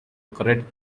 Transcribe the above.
correct